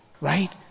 Right